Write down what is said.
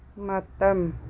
ꯃꯇꯝ